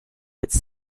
its